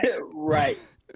Right